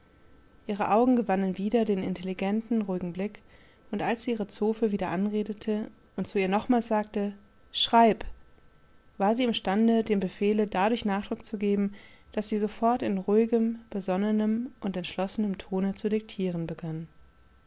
ihre augen gewannen wieder den intelligenten ruhigen blick und als sie ihre zofe wieder anredete und zu ihr nochmals sagte schreib war sie im stande dem befehle dadurch nachdruck zu geben daß sie sofort in ruhigem besonnenem und entschlossenem tone zu diktieren begann